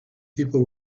people